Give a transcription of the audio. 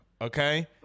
Okay